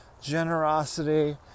generosity